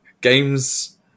games